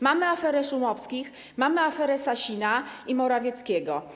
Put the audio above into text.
Mamy aferę Szumowskich, mamy aferę Sasina i Morawieckiego.